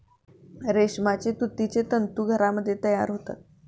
रेशमाचे तुतीचे तंतू घरामध्ये तयार होतात